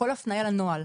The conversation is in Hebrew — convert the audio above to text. הכול הפניה לנוהל.